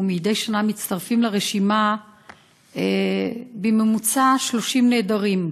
ומדי שנה מצטרפים לרשימה בממוצע 30 נעדרים,